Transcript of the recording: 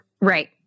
Right